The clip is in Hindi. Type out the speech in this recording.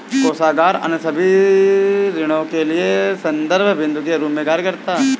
कोषागार अन्य सभी ऋणों के लिए संदर्भ बिन्दु के रूप में कार्य करता है